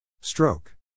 Stroke